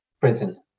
prison